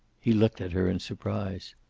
he looked at her in surprise.